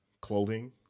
clothing